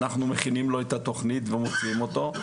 שאנחנו מכינים לו את התכנית ומוציאים אותו.